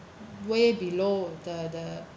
way below the the